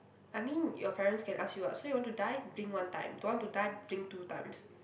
I mean your parents can ask you [what] so you want to die blink one time don't want to die blink two times